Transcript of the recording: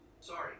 Sorry